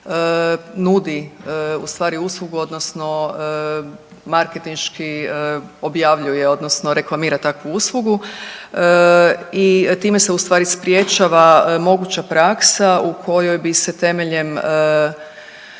objavljuje, odnosno reklamira takvu uslugu i time se u stvari sprječava moguća praksa u kojoj bi se temeljem